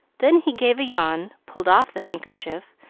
then he gave a yawn, pulled off the handkerchief,